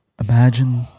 Imagine